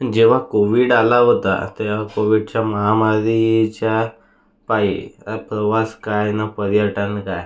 जेव्हा कोविड आला होता त्या कोविडच्या महामारीच्या पायी प्रवास काय आणि पर्यटन काय